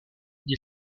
dit